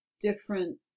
different